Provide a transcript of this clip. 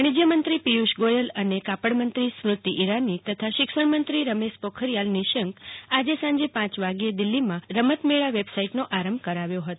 વાણિજ્યમંત્રી પિયુષ ગોયલ અને કાપડમંત્રી સ્મૃતિ ઇરાની તથા શિક્ષણમંત્રી રમેશ પોખરીયાલ નિશંક આજે સાંજે પાંચ વાગે દિલ્હીમાં રમત મેળા વેબસાઇટનો પ્રારંભ કરાવ્યો હતો